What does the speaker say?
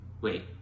wait